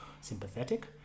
sympathetic